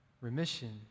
remission